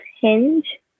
hinge